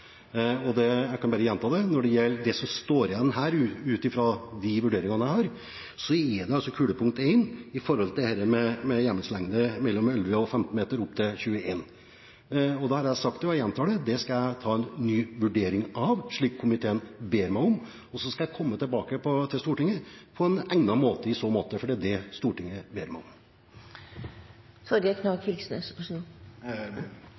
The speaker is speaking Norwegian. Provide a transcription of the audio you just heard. Jeg kan bare gjenta det: Når det gjelder det som står igjen her, ut fra mine vurderinger, er det punkt én i forhold til dette med hjemmelslengde 11–15 m og opp til 21 m. Der har jeg sagt, og jeg gjentar det: Det skal jeg ta en ny vurdering av, slik komiteen ber meg om, og så skal jeg komme tilbake til Stortinget på egnet måte, for det er det Stortinget ber meg